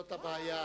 זאת הבעיה.